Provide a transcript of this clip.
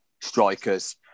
strikers